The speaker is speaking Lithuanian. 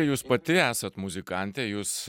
jūs pati esat muzikantė jūs